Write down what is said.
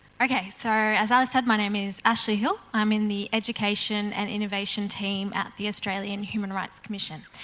okay, so as alice said my name is ashley hill, i'm in the education and innovation team at the australian human rights commission.